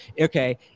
Okay